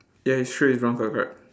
ya his shoe is brown colour correct